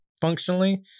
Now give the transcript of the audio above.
functionally